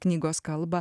knygos kalbą